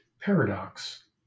paradox